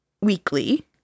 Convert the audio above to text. weekly